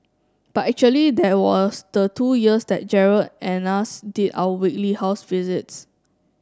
but actually there was the two years that Gerald and us did our weekly house visits